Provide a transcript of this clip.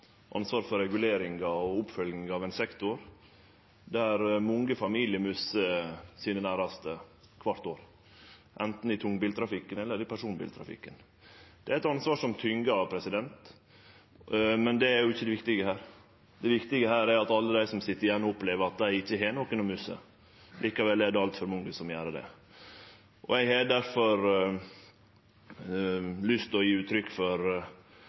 ansvar for reguleringa og oppfølginga av ein sektor der mange familiar misser sine næraste kvart år, anten i tungbiltrafikken eller i personbiltrafikken. Det er eit ansvar som tyngjer, men det er ikkje det viktige her. Det viktige er alle dei som sit igjen og opplever at dei ikkje har nokon å misse. Likevel er det altfor mange som gjer det. Eg har difor lyst til å gje uttrykk for